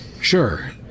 sure